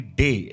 day